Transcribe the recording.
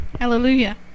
Hallelujah